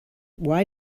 why